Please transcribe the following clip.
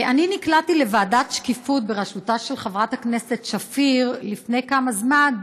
אני נקלעתי לוועדת השקיפות בראשותה של חברת הכנסת שפיר לפני כמה זמן,